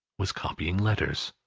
was copying letters.